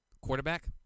quarterback